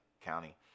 County